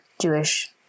Jewish